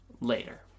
later